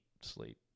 sleep